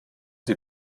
sie